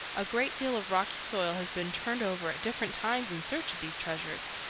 a great deal of rocky soil has been turned over at different times in search of these treasures,